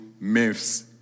myths